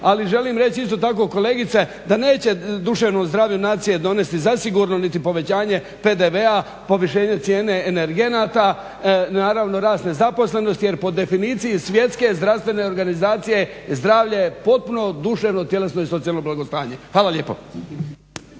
Ali želim reći isto tako kolegice da neće duševnom zdravlju nacije donesti zasigurno niti povećanje PDV-a, povišenje cijene energenata, naravno rast nezaposlenosti, jer po definiciji Svjetske zdravstvene organizacije zdravlje je potpuno duševno, tjelesno i socijalno blagostanje. Hvala lijepo.